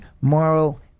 moral